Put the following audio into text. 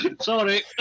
Sorry